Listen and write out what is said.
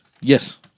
Yes